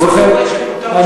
כל מורה שפוטר בשל דעותיו,